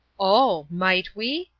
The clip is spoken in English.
oh! might we?